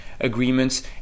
agreements